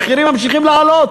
המחירים ממשיכים לעלות.